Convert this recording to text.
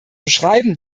schreiben